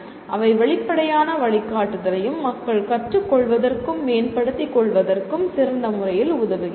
அவை வெளிப்படையான வழிகாட்டுதலையும் மக்கள் கற்றுக்கொள்வதற்கும் மேம்படுத்திக்கொள்வதற்கும் சிறந்த முறையில் உதவுகின்றன